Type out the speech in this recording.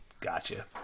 Gotcha